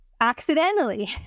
accidentally